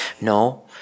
No